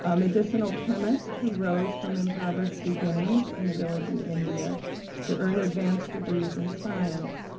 ah medicinal chemist who rose from impoverished beginnings in a village in india to earn advanced degrees in science.